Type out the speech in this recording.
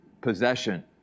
possession